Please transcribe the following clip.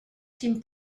team